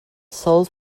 sold